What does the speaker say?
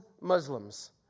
Muslims